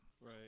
Right